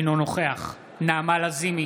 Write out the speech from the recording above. אינו נוכח נעמה לזימי,